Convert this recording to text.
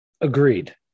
agreed